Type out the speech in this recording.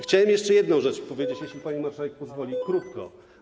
Chciałbym jeszcze jedną rzecz powiedzieć, jeśli pani marszałek pozwoli, krótko.